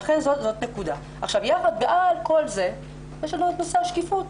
על כל זה יש לנו את נושא השקיפות,